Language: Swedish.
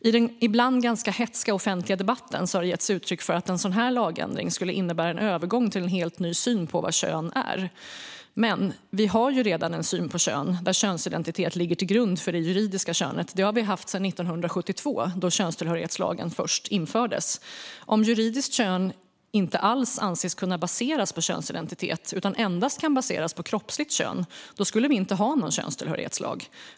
I den ibland ganska hätska offentliga debatten har det getts uttryck för att en sådan lagändring skulle innebära en övergång till en helt ny syn på vad kön är. Men vi har ju redan en syn på kön där könsidentitet ligger till grund för det juridiska könet. Det har vi haft sedan 1972, då könstillhörighetslagen först infördes. Om juridiskt kön inte alls anses kunna baseras på könsidentitet utan endast kan baseras på kroppsligt kön skulle vi inte ha någon könstillhörighetslag.